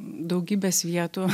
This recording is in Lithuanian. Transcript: daugybės vietų